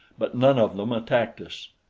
but none of them attacked us.